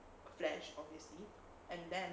flash obviously and then